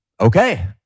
Okay